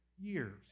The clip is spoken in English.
years